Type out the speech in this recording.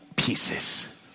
pieces